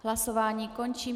Hlasování končím.